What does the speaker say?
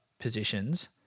positions